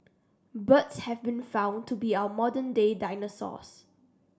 birds have been found to be our modern day dinosaurs